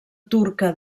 turca